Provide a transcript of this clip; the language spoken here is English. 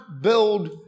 build